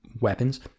weapons